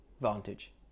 Vantage